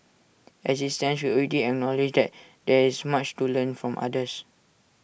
as IT stands we already acknowledge that there is much to learn from others